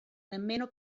nemmeno